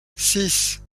six